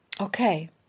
Okay